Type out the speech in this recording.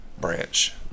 branch